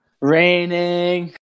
raining